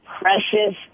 precious